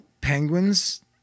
penguins